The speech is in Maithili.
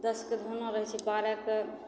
दसके धौना रहय छै बारहके